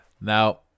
Now